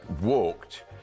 walked